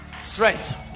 Strength